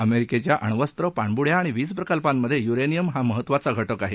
अमेरिकेच्या अण्वस्त्र पाणबुड्या आणि वीज प्रकल्पांमधे युरेनियम हा महत्त्वाचा घटक आहे